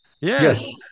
Yes